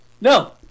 No